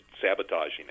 sabotaging